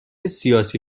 سیاسی